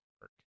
work